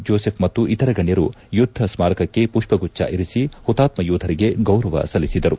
Joseph ಮತ್ತು ಇತರ ಗಣ್ಣರು ಯುದ್ದ ಸ್ನಾರಕಕ್ಕೆ ಮಷ್ವಗುಚ್ಚ ಇರಿಸಿ ಹುತಾತ್ನ ಯೋಧರಿಗೆ ಗೌರವ ಸಲ್ಲಿಸಿದರು